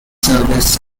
service